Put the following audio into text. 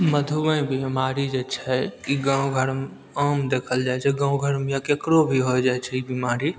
मधुमय बीमारी जे छै ई गावँ घरमे ई आम देखल जाइ छै गाँव घरमे ककरो भी हो जाइ छै ई बीमारी